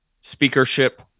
speakership